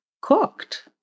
cooked